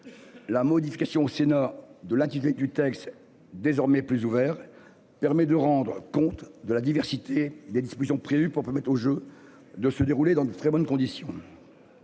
La modification au Sénat de l'intitulé du texte désormais plus ouvert permet de rendre compte de la diversité des dispositions prévues pour permettre aux Jeux de se dérouler dans de très bonnes conditions.